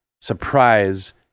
surprise